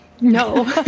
no